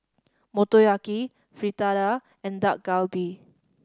Motoyaki Fritada and Dak Galbi